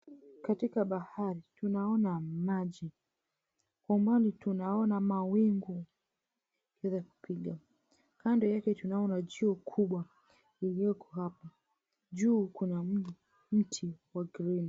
Katika bahari tunaona maji kwa ubali tunaona mawingu, kando yake tunaona jua kubwa liliweko hapo juu kuna mti wa green .